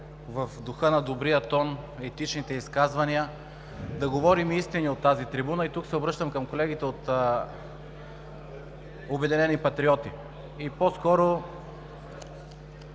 в духа на добрия тон и етичните изказвания да говорим истини от тази трибуна. И тук се обръщам към колегите от „Обединени патриоти“ и по-скоро